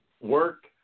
work